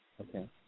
Okay